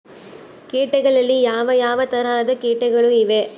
ಕೇಟಗಳಲ್ಲಿ ಯಾವ ಯಾವ ತರಹದ ಕೇಟಗಳು ಇವೆ?